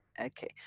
Okay